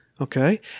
Okay